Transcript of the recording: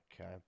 Okay